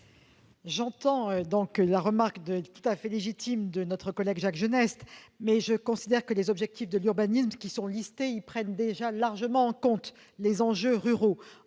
J'entends la remarque tout à fait légitime de notre collègue Jacques Genest, mais je considère que les objectifs d'urbanisme déjà énumérés prennent largement en compte les enjeux ruraux,